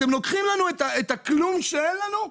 אתם לוקחים לנו את הכלום שאין לנו?